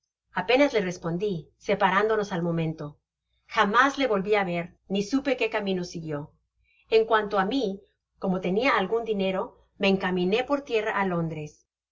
apenas le respondi separándonos al momento jamás le volvi á ver ni supe qué camino siguió en cuanto á mi como tenia algun dinero me encaminé por tierra á lóndres